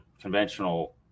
conventional